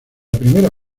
primera